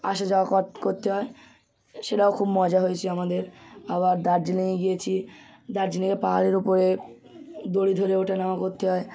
আসা যাওয়া করতে হয় সেটাও খুব মজা হয়েছে আমাদের আবার দার্জিলিংয়ে গিয়েছি দার্জিলিংয়ে পাহাড়ের ওপরে দড়ি ধরে ওঠা নামা করতে হয়